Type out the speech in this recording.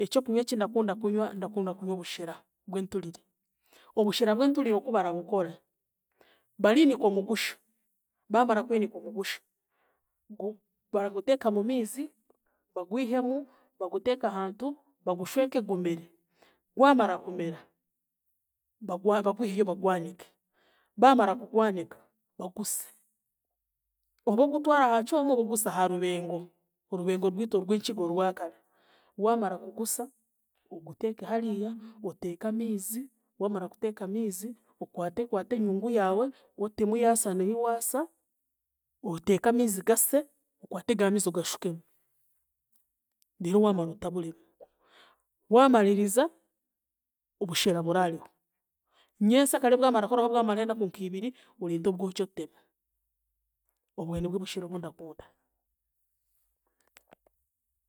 Ekyokunywa ekindakunda kunywa, ndakunda kunywa obushera bw'enturire. Obushera bw'enturire oku barabukora; bariinika omugusha, baamara kwinika omugusha baraguteeka mu miizi, bagwihemu baguteeka ahantu, bagushweke gumere, gwamara kumera bagwa bagwiheyo bagwanike. Baamara kugwanika baguse. Oba ogutwara aha kyoma oba ogusa aha rubengo, orubengo rwitu orwenkigga orwakare. Waamara kugusa, oguteeke hariiya, oteeke amiizi, waamara kuteeka amiizi, okwate okwate enyungu yaawe, otemu ya saano yiwaasa, oteeke amiizi gase, okwate ga miizi ogashukemu reero waamara otaburemu. Waamariiriza, obushera buraareho, nyensakare bwamara kuraaraho bwamara enaku nkiibiri, oreete obwoki otemu, obwe nibwe bushera obu ndakunda.